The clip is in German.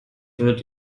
wird